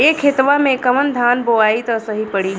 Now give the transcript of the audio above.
ए खेतवा मे कवन धान बोइब त सही पड़ी?